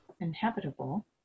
inhabitable